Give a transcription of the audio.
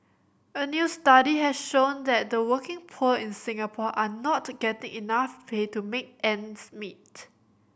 a new study has shown that the working poor in Singapore are not getting enough pay to make ends meet